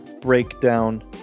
Breakdown